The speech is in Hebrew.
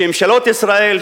שממשלות ישראל,